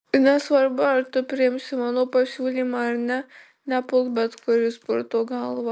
nesvarbu ar tu priimsi mano pasiūlymą ar ne nepulk bet kur jis purto galvą